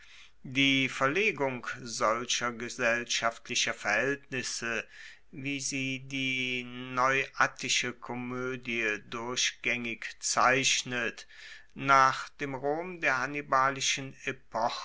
die verlegung solcher gesellschaftlicher verhaeltnisse wie sie die neuattische komoedie durchgaengig zeichnet nach dem rom der hannibalischen